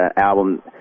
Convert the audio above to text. album